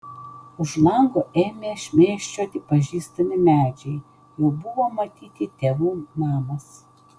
už lango ėmė šmėsčioti pažįstami medžiai jau buvo matyti tėvų namas